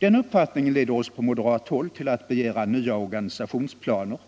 Den uppfattningen leder oss på moderat håll till att begära nya organisationsplaner